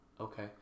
Okay